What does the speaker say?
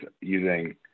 using